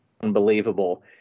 unbelievable